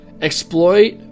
exploit